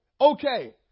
okay